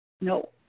No